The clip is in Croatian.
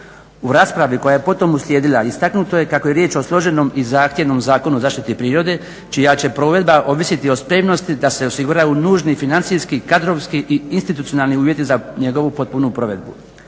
U raspravi koja je potom uslijedila istaknuto je kako je riječ o složenom i zahtjevnom Zakonu o zaštiti prirode čija će provedba ovisiti o spremnosti da se osiguraju nužni financijski, kadrovski i institucionalni uvjeti za njegovu potpunu provedbu.